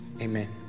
amen